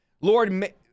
lord